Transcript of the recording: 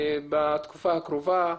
בתקופה הקרובה,